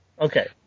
Okay